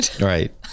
right